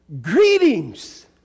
greetings